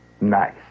Nice